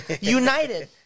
united